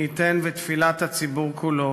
מי ייתן ותפילת הציבור כולו